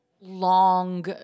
long